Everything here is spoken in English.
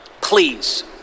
please